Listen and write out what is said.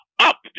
up